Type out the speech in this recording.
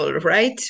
right